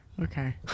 Okay